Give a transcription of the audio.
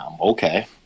Okay